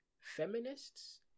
feminists